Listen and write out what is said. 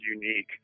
unique